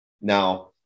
Now